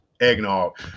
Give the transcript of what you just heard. Eggnog